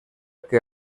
que